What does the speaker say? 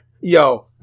Yo